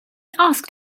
asked